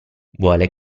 vuole